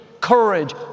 courage